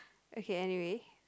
okay anyway